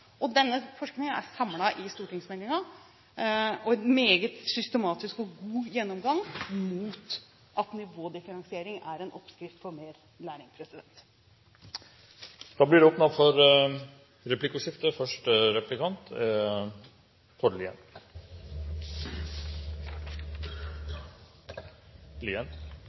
Denne forskningen er samlet i stortingsmeldingen, og det er en meget systematisk og god gjennomgang mot at nivådifferensiering er en oppskrift for mer læring. Det blir åpnet for replikkordskifte.